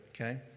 okay